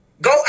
go